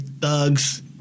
thugs